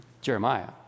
Jeremiah